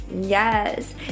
Yes